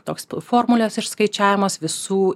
toks formulės išskaičiavimas visų